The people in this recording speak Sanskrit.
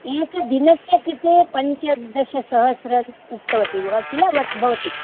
एकदिनस्य कृते पञ्चदशसहस्रम् उक्तवती वा किला वत् भवती